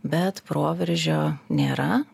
bet proveržio nėra